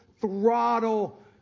throttle